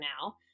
now